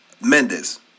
Mendes